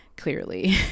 Clearly